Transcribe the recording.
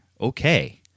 okay